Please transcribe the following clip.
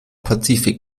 pazifik